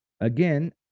Again